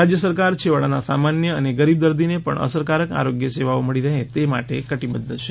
રાજ્ય સરકાર છેવાડાના સામાન્ય અને ગરીબ દર્દીને પણ અસરકારક આરોગ્ય સેવાઓ મળી રહે તે માટે કટિબદ્ધ છે